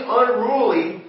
unruly